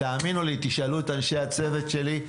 תאמינו לי, תישאלו את אנשי הצוות שלי,